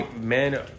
men